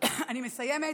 אני מסיימת.